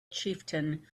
chieftain